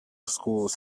schools